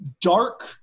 dark